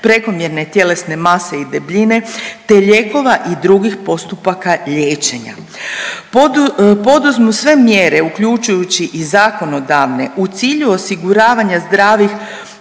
prekomjerne tjelesne mase i debljine, te lijekova i drugih postupaka liječenja, poduzmu sve mjere uključujući i zakonodavne u cilju osiguravanja zdravih